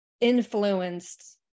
influenced